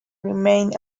remain